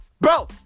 Bro